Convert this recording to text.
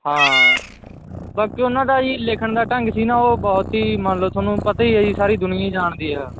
ਹਾਂ ਬਾਕੀ ਉਹਨਾਂ ਦਾ ਜੀ ਲਿਖਣ ਦਾ ਢੰਗ ਸੀ ਨਾ ਉਹ ਬਹੁਤ ਹੀ ਮੰਨ ਲਓ ਤੁਹਾਨੂੰ ਪਤਾ ਹੀ ਹੈ ਜੀ ਸਾਰੀ ਦੁਨੀਆਂ ਹੀ ਜਾਣਦੀ ਆ